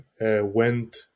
went